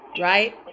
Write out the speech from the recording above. right